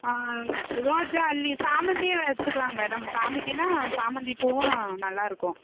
ஆ ரோஜா அல்லி சாமந்தியும் எடுத்துக்கலாங்க மேடம் சாமிக்குன்னா சாமந்திப்பூவும் நல்லாயிருக்கும்